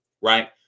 Right